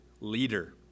leader